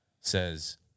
says